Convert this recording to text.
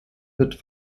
wird